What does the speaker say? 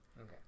Okay